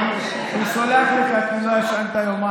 אני סולח לך, כי לא ישנת יומיים.